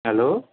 hello